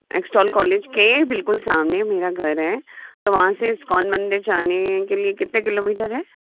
Extol college के बिल्कुल सामने मेरा घर है तो वहाँ से इस्कॉन मंदिर जाने के लिए कितने किलोमीटर हैं